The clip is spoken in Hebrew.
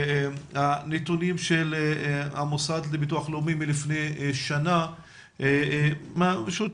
הנתונים של המוסד לביטוח לאומי לפני שנה חושפים